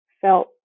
felt